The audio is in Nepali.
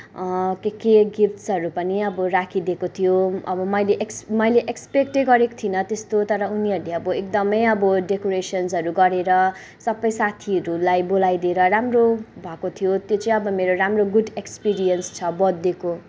के के गिफ्ट्सहरू पनि अब राखिदिएको थियो अब मैले एक्सपेक्ट मैलै एक्सपेक्टै गरेको थिइनँ यस्तो तर उनीहरूले अब एकदमै अब डेकोरेसन्सहरू गरेर सबै साथीहरूलाई बोलाइदिएर राम्रो भएको थियो त्यो चाहिँ अब मेरो राम्रो गुड क्सपिरियन्स छ बर्थडेको